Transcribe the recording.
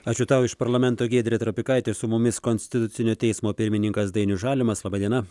ačiū tau iš parlamento giedrė trapikaitė su mumis konstitucinio teismo pirmininkas dainius žalimas laba diena